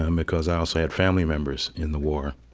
um because i also had family members in the war.